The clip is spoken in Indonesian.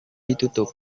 ditutup